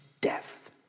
death